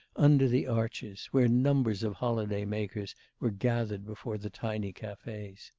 under the arches, where numbers of holiday makers were gathered before the tiny cafes.